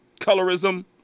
Colorism